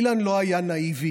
אילן לא היה נאיבי